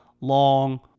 long